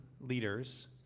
leaders